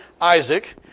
isaac